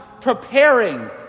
preparing